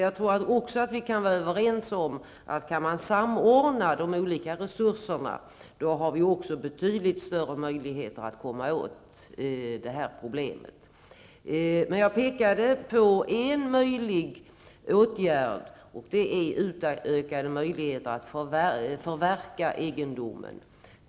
Jag tror också att vi kan vara överens om att kan man samordna de olika resurserna, då har vi också betydligt större möjligheter att komma åt problemet. Jag pekade på en möjlig väg att gå, och det är utökade möjligheter att förverka egendomen.